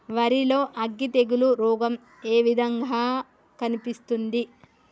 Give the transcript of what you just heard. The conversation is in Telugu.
వరి లో అగ్గి తెగులు రోగం ఏ విధంగా కనిపిస్తుంది?